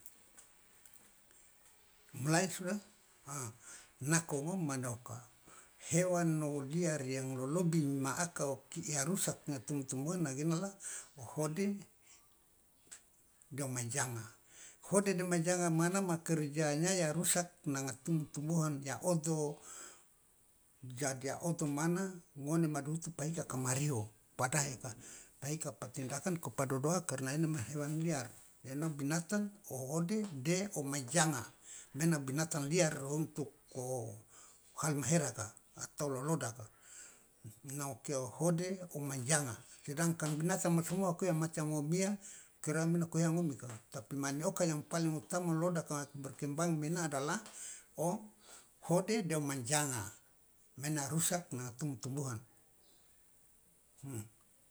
Mulai sudah nako ngom mane oka hewan o liar yang lolobing ma aka o kia rusak tumbuh tumbuhan nagena la o hode de o manjanga hode de manjanga mana ma kerjanya ya rusak nanga tumbuh tumbuhan ya odo jadi ya odo mana ngone maduhutu pa hika ka mario padae ka pahika pa tindakan ka padodoha karna ena ma hewan liar ena o binatang o hode de o manjanga mena o binatang liar o untuk halmaheraka atau lolodaka mana okia hode eko manjanga sedangkan binatang ma somoa ko macam o mia kera mena ko ya ngomika tapi mane oka yang paling utama loloda ka berkembang mena adalah o hode de o manjanga mena irusak nanga tumbu tumbuhan.